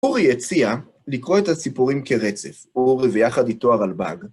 אורי הציע לקרוא את הסיפורים כרצף, אורי ויחד איתו הרלב"ג.